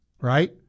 right